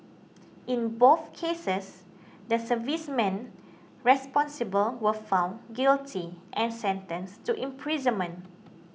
in both cases the servicemen responsible were found guilty and sentenced to imprisonment